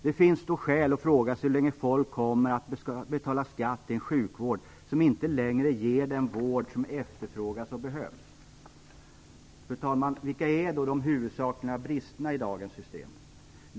Det finns då skäl att fråga sig hur länge folk kommer att betala skatt till en sjukvård som inte längre ger den vård som efterfrågas och behövs. Fru talman! Vilka är då de huvudsakliga bristerna i dagens system?